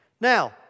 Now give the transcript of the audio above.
Now